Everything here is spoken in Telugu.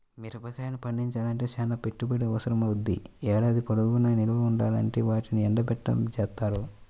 మిరగాయలు పండించాలంటే చానా పెట్టుబడి అవసరమవ్వుద్ది, ఏడాది పొడుగునా నిల్వ ఉండాలంటే వాటిని ఎండబెట్టడం జేత్తారు